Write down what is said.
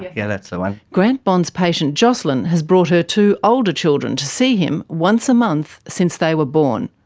yeah that's the one. grant bond's patient jocelyn has brought her two older children to see him once a month since they were born.